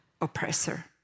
oppressor